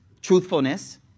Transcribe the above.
truthfulness